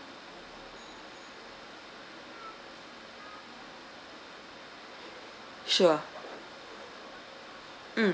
sure mm